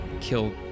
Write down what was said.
kill